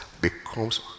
becomes